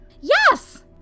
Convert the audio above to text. Yes